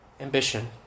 Ambition